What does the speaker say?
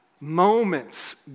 moments